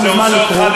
אתה מוזמן לקרוא.